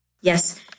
Yes